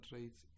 rates